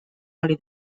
oli